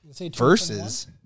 Versus